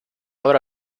obra